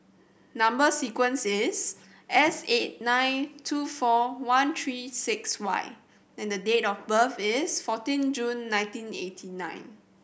number sequence is S eight nine two four one three six Y and date of birth is fourteen June nineteen eighty nine